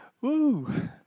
Woo